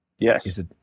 Yes